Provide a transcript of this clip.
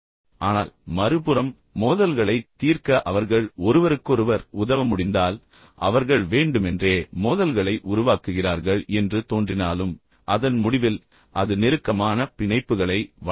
ஆனால் மறுபுறம் மோதல்களைத் தீர்க்க அவர்கள் ஒருவருக்கொருவர் உதவ முடிந்தால் அவர்கள் வேண்டுமென்றே மோதல்களை உருவாக்குகிறார்கள் என்று தோன்றினாலும் அதன் முடிவில் அது நெருக்கமான பிணைப்புகளை வளர்க்கும்